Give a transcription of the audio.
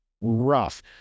rough